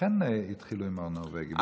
לכן התחילו עם הנורבגי.